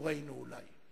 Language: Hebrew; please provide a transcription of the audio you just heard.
בדורנו אולי.